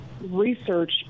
research